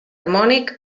harmònic